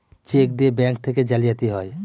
check দিয়ে bank থেকে জালিয়াতি হয়